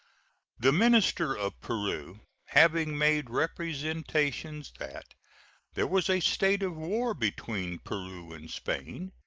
the minister of peru having made representations that there was a state of war between peru and spain,